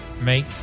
make